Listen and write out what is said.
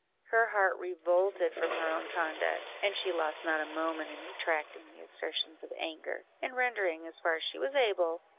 her heart revolted from her own conduct, and she lost not a moment in retracting the assertions of anger, and rendering, as far as she was able,